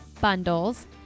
bundles